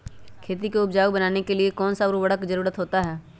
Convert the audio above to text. खेती को उपजाऊ बनाने के लिए कौन कौन सा उर्वरक जरुरत होता हैं?